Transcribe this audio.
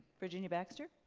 virginia baxter?